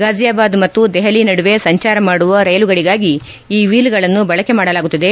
ಗಾಜ಼ಿಯಾಬಾದ್ ಮತ್ತು ದೆಹಲಿ ನಡುವೆ ಸಂಚಾರ ಮಾಡುವ ರೈಲುಗಳಿಗಾಗಿ ಈ ವ್ಹೀಲ್ಗಳನ್ನು ಬಳಕೆ ಮಾಡಲಾಗುತ್ತದೆ